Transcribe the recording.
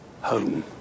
Home